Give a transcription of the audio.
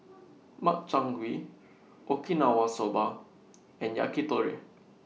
Makchang Gui Okinawa Soba and Yakitori